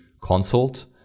consult